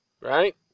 right